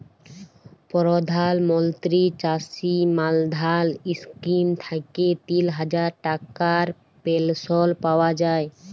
পরধাল মলত্রি চাষী মাল্ধাল ইস্কিম থ্যাইকে তিল হাজার টাকার পেলশল পাউয়া যায়